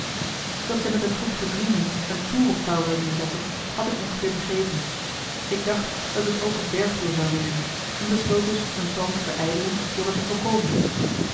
dat zij met een troepje vrienden een toer op touw wilden zetten had ik ongeveer begrepen ik dacht dat het ook een bergtoer zou wezen en besloot dus hun plan te verijdelen door het te voorkomen